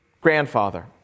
grandfather